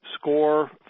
score